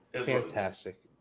fantastic